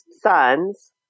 sons